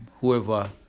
whoever